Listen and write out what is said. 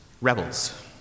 rebels